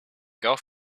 golf